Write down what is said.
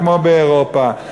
כמו באירופה,